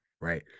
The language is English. right